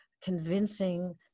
convincing